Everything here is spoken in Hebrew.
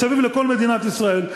מסביב לכל מדינת ישראל,